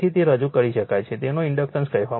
તેથી તે રજૂ કરી શકાય છે તેને ઇન્ડક્ટન્સ કહેવામાં આવે છે